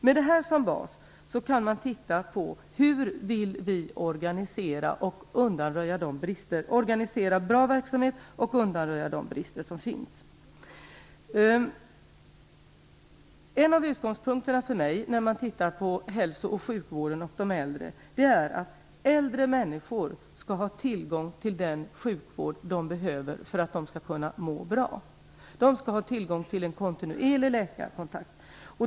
Med detta som bas kan man se hur man vill organisera bra verksamhet och undanröja de brister som finns. En av utgångspunkterna för mig när det gäller hälso och sjukvården och de äldre är att äldre människor skall ha tillgång till den sjukvård de behöver för att de skall kunna må bra. De skall ha tillgång till en kontinuerlig läkarkontakt.